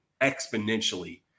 exponentially